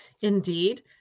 indeed